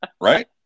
right